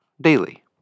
daily